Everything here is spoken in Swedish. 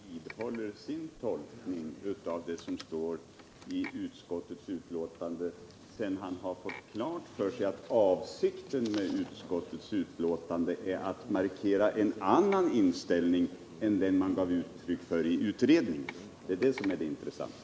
Herr talman! Jag vill fråga Axel Kristiansson om han vidhåller sin tolkning av det som står i utskottets utlåtande sedan han fått klart för sig att avsikten med utlåtandet är att markera en annan inställning än den man gav uttryck för i utredningen. Det är det som här är det intressanta.